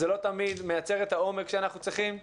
זה לא תמיד מייצר את העומק שאנחנו צריכים,